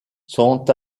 sont